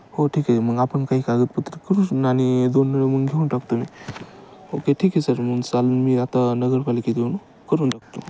हो ठीक आहे मग आपण काही कागदपत्र करून आणि दोन नळ मग घेऊन टाकतो मी ओके ठीक आहे सर मग चला मी आता नगरपालिकेत येऊन करून टाकतो